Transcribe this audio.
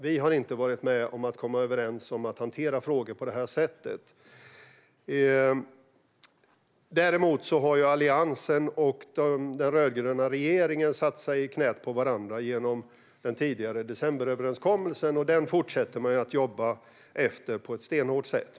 Vi har inte varit med och kommit överens om att hantera frågor på det här sättet. Däremot har Alliansen och den rödgröna regeringen satt sig i knät på varandra genom den tidigare decemberöverenskommelsen, och den fortsätter man att jobba efter på ett stenhårt sätt.